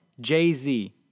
Jay-Z